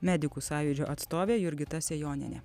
medikų sąjūdžio atstovė jurgita sejonienė